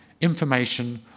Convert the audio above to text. information